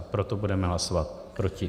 Proto budeme hlasovat proti.